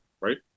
right